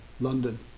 london